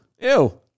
ew